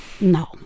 No